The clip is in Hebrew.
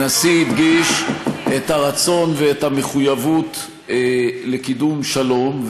הנשיא הדגיש את הרצון ואת המחויבות לקידום שלום,